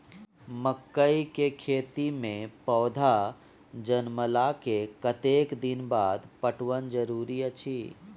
मकई के खेती मे पौधा जनमला के कतेक दिन बाद पटवन जरूरी अछि?